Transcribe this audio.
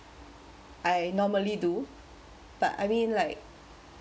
I normally do but I mean like